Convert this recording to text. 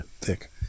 thick